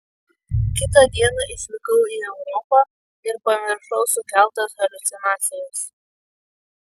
kitą dieną išvykau į europą ir pamiršau sukeltas haliucinacijas